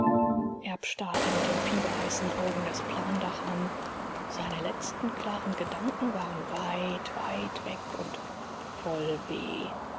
erb starrte mit den fieberheißen augen das plandach an seine letzten klaren gedanken waren weit weit weg und voll weh